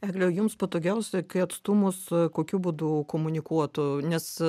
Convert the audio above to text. egle o jau jums patogiausia kai atstumus kokiu būdu komunikuotų nes